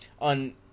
on